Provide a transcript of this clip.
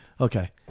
Okay